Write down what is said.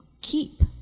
keep